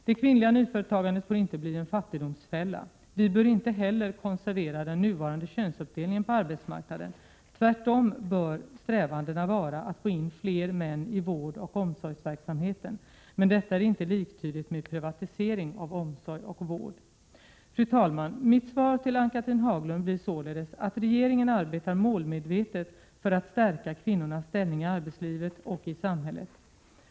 Det kvinnliga nyföretagandet får inte bli en fattigdomsfälla! Vi bör inte heller konservera den nuvarande könsuppdelningen på arbetsmarknaden. Tvärtom bör strävandena vara att få in fler män i vårdoch omsorgsverksamheten. Men detta är inte liktydigt med privatisering av omsorg och vård. Mitt svar till Ann-Cathrine Haglund blir således att regeringen arbetar målmedvetet för att stärka kvinnornas ställning i arbetslivet och i samhället.